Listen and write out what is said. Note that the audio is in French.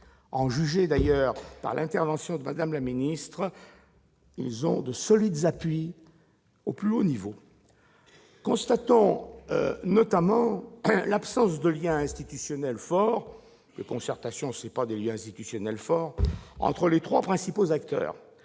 en juger par l'intervention de Mme la secrétaire d'État, ces acteurs ont de solides appuis au plus haut niveau ... Constatons notamment l'absence de liens institutionnels forts- les concertations ne sont pas des « liens institutionnels forts » -entre les trois principaux acteurs